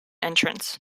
entrance